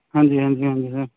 ਹਾਂਜੀ ਹਾਂਜੀ ਹਾਂਜੀ ਸਰ